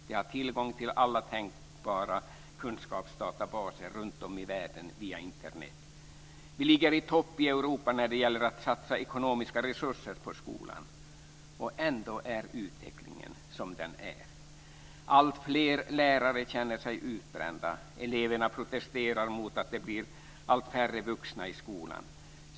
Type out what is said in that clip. De har tillgång till alla tänkbara kunskapsdatabaser runtom i världen via Internet. Vi ligger i topp i Europa när det gäller att satsa ekonomiska resurser på skolan. Ändå är utvecklingen som den är. Alltfler lärare känner sig utbrända. Eleverna protesterar mot att det blir allt färre vuxna i skolan.